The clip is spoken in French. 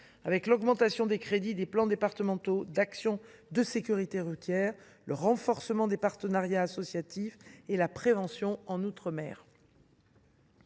: augmentation des crédits des plans départementaux d’action de sécurité routière, renforcement des partenariats associatifs et prévention outre mer.